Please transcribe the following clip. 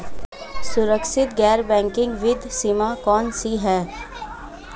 सुरक्षित गैर बैंकिंग वित्त सेवा कंपनियां कौनसी हैं?